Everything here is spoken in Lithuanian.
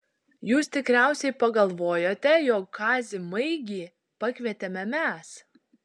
jūs tikriausiai pagalvojote jog kazį maigį pakvietėme mes